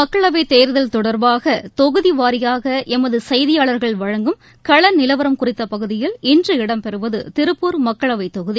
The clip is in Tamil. மக்களவைத் தேர்தல் தொடர்பாக தொகுதி வாரியாக எமது செய்தியாளர்கள் வழங்கும் கள நிலவரம் குறித்த பகுதியில் இன்று இடம்பெறுவது திருப்பூர் மக்களவைத் தொகுதி